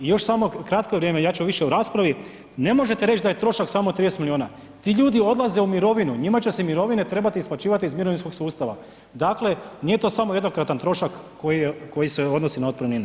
I još samo kratko vrijeme, ja ću više u raspravi, ne možete reći da je trošak samo 30 milijuna, ti ljudi odlaze u mirovinu, njima će se mirovine trebat isplaćivat iz mirovinskog sustava, dakle nije to samo jednokratan trošak koji se odnosi na otpremnine.